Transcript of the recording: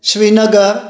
Srinagar